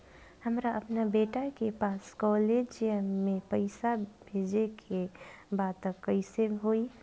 हमरा अपना बेटा के पास कॉलेज में पइसा बेजे के बा त कइसे होई?